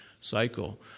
cycle